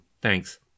Thanks